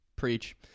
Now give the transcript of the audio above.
preach